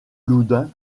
loudun